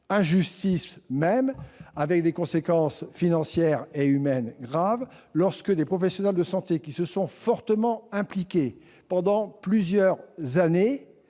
injustices, avec de graves conséquences financières et humaines. Il arrive que ces professionnels de santé, qui se sont fortement impliqués pendant plusieurs années